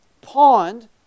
pond